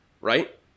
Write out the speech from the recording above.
right